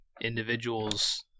individuals